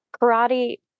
Karate